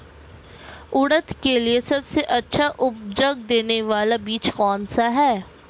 उड़द के लिए सबसे अच्छा उपज देने वाला बीज कौनसा है?